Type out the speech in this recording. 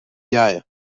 hier